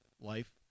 life